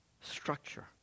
structure